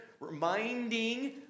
reminding